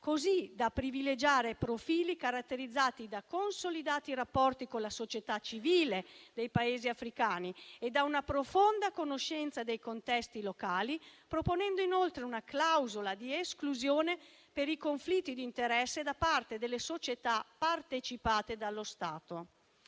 così da privilegiare profili caratterizzati da consolidati rapporti con la società civile dei Paesi africani e da una profonda conoscenza dei contesti locali, proponendo inoltre una clausola di esclusione per i conflitti di interesse da parte delle società partecipate dallo Stato.